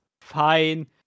fine